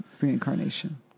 reincarnation